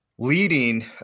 leading